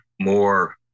more